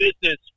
business